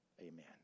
Amen